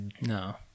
no